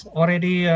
already